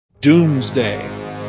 Doomsday